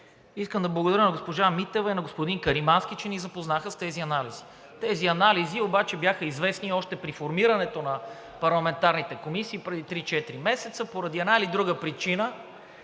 Искам да благодаря на госпожа Митева и на господин Каримански, че ни запознаха с тези анализи. Тези анализи обаче бяха известни още при формирането на парламентарните комисии преди три – четири месеца. Поради една или друга причина